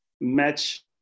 match